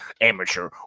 amateur